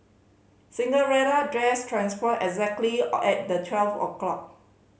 Cinderella dress transformed exactly all at the twelve o' clock